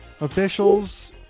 officials